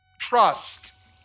trust